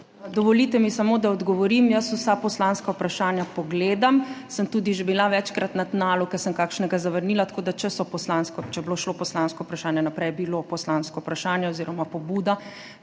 Dovolite mi samo, da odgovorim. Jaz vsa poslanska vprašanja pogledam, sem tudi že bila večkrat na tnalu, ko sem kakšnega zavrnila, tako da če je šlo poslansko vprašanje naprej, je bilo poslansko vprašanje oziroma pobuda.